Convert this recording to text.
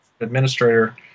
administrator